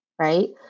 Right